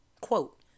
Quote